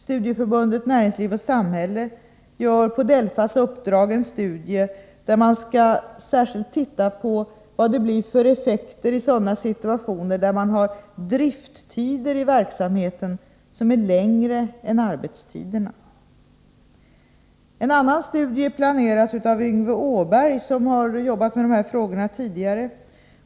Studieförbundet Näringsliv och samhälle gör på DELFA:s uppdrag en studie där man särskilt skall titta på vad det blir för effekter i sådana situationer där drifttider i verksamheter är längre än arbetstiderna. En annan studie planeras av Yngve Åberg, som har jobbat med de här frågorna tidigare.